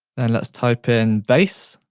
and let's type in base.